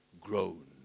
Grown